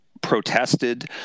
protested